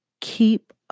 keep